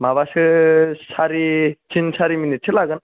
माबासो सारि थिन सारि मिनिटसो लागोन